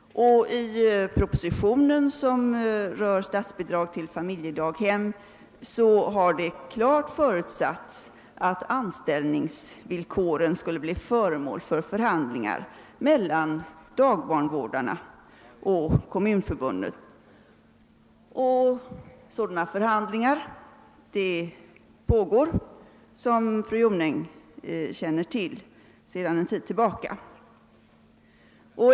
I propositionen angående statsbidrag till familjedaghem har det klart förutsatts att anställningsvillkoren skulle bli föremål för förhandlingar mellan dagbarnvårdarna och Kommunförbundet. Sådana förhandlingar pågår, som fru Jonäng känner till, sedan en tid.